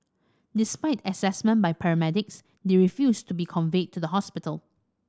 despite assessment by paramedics they refused to be conveyed to the hospital